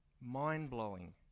mind-blowing